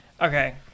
Okay